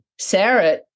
Sarah